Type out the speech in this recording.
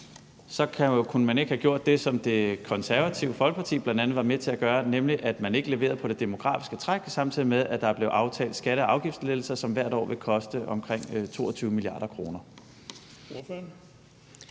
så kunne man ikke have gjort det, som Det Konservative Folkeparti bl.a. var med til at gøre, nemlig at man ikke leverede på det demografiske træk, samtidig med at der blev aftalt skatte- og afgiftslettelser, som hvert år vil koste omkring 22 mia. kr.